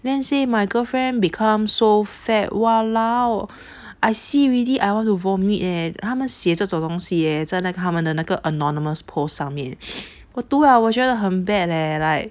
then say my girlfriend become so fat !walao! I see already I want to vomit eh 他们写这种东西哦在那他们的那个 anonymous post 上面我读了我觉得很 bad leh like